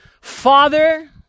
Father